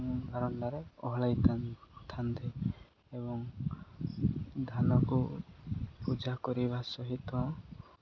ବାରଣ୍ଡାରେ ଓହଳେଇ ଥାନ୍ତି ଏବଂ ଧାନକୁ ପୂଜା କରିବା ସହିତ